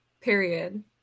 period